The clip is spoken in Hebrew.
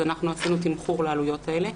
אז עשינו תמחור לעלויות האלה.